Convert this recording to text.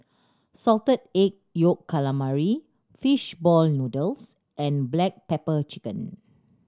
Salted Egg Yolk Calamari fish ball noodles and black pepper chicken